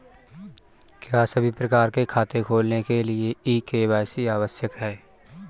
क्या सभी प्रकार के खाते खोलने के लिए के.वाई.सी आवश्यक है?